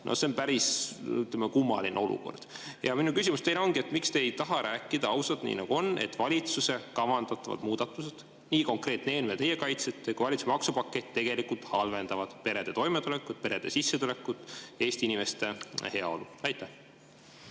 no see on päris kummaline olukord. Minu küsimus teile ongi: miks te ei taha rääkida ausalt, nii nagu on, et valitsuse kavandatavad muudatused – nii konkreetne eelnõu, mida teie kaitsete, kui ka valitsuse maksupakett – halvendavad perede toimetulekut, perede sissetulekut, Eesti inimeste heaolu? Suur